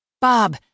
Bob